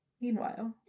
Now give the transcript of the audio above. meanwhile